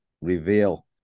reveal